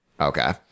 Okay